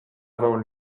avant